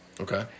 Okay